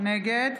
נגד